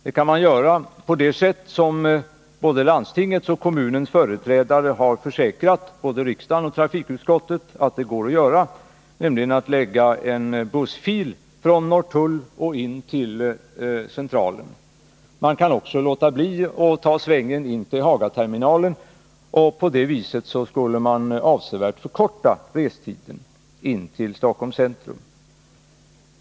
Det kan man göra på det sätt som både landstingets och kommunens företrädare har försäkrat både riksdagen och trafikutskottet är möjligt, nämligen genom att ordna en bussfil från Norrtull in till centralen. Man kan också låta bli att ta omvägen förbi Hagaterminalen. På det sättet skulle man avsevärt förkorta restiden in till Stockholms centrum.